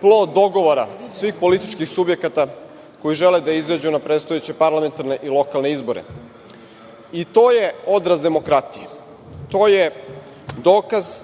plod dogovora svih političkih subjekata koji žele da izađu na predstojaće parlamentarne i lokalne izbore. I to je odraz demokratije. To je dokaz